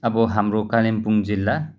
अब हाम्रो कालिम्पोङ जिल्ला